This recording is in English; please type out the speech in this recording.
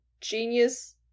genius